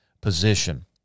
position